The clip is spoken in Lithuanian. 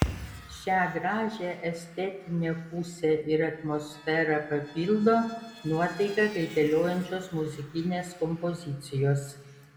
šią gražią estetinę pusę ir atmosferą papildo nuotaiką kaitaliojančios muzikinės kompozicijos